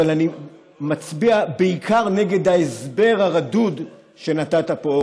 אבל אני מצביע בעיקר נגד ההסבר הרדוד שנתת פה,